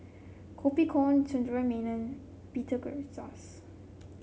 Koh Poh Koon Sundaresh Menon Peter Gilchrist